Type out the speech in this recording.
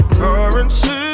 currency